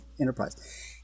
Enterprise